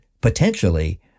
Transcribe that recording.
potentially